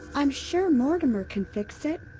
i'm sure mortimer can fix it.